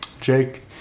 Jake